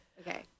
Okay